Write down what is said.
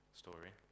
story